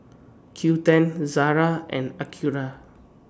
Qoo ten Zara and Acura